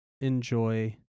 enjoy